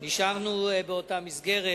נשארנו באותה מסגרת,